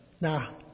Now